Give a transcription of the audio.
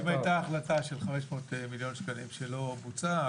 אם הייתה החלטה של 500 מיליון שקלים שלא בוצעה,